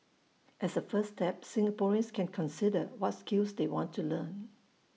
as A first step Singaporeans can consider what skills they want to learn